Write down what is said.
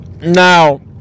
now